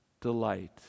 delight